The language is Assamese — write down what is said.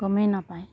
গমেই নাপায়